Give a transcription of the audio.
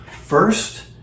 First